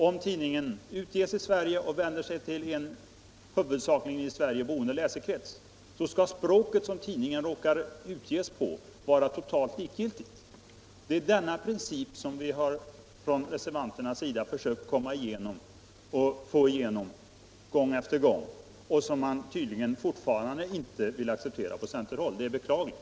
Om den utges i Sverige och om den vänder sig till en huvudsakligen i Sverige boende läsekrets skall frågan om det språk som tidningen råkar utges på vara totalt likgiltig. Det är denna princip som vi reservanter har försökt få igenom gång efter gång och som man tydligen fortfarande inte vill acceptera på centerhåll. Det är beklagligt.